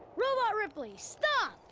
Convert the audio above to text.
robot ripley, stop!